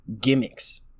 gimmicks